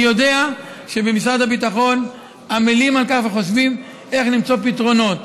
אני יודע שבמשרד הביטחון עמלים על כך וחושבים איך למצוא פתרונות,